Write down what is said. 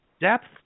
Depth